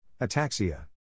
ataxia